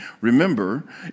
Remember